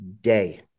day